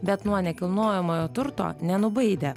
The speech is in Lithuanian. bet nuo nekilnojamojo turto nenubaidė